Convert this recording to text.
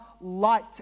light